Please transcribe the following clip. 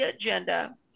agenda